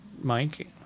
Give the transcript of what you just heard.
Mike